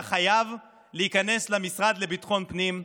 אתה חייב להיכנס למשרד לביטחון פנים.